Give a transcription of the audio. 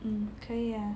嗯可以呀